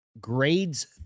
grades